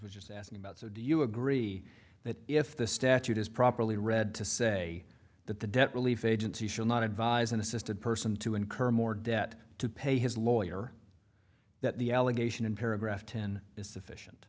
barnes was just asking about do you agree that if the statute is properly read to say that the debt relief agency should not advise an assisted person to incur more debt to pay his lawyer that the allegation in paragraph ten is sufficient